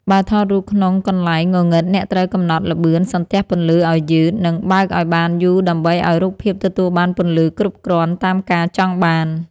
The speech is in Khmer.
បើថតរូបក្នុងកន្លែងងងឹតអ្នកត្រូវកំណត់ល្បឿនសន្ទះពន្លឺឱ្យយឺត និង បើកឱ្យបានយូរដើម្បីឱ្យរូបភាពទទួលបានពន្លឺគ្រប់គ្រាន់តាមការចង់បាន។